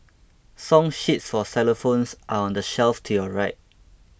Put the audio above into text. song sheets for xylophones are on the shelf to your right